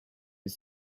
his